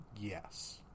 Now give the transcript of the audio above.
Yes